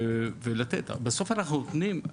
בסוף אנחנו נותנים,